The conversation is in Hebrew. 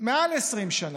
מעל 20 שנה,